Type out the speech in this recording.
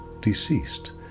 deceased